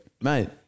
mate